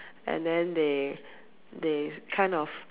and then they they kind of